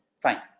Fine